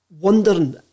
wondering